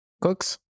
Cooks